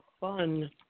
fun